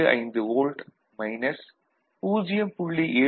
75 volt minus 0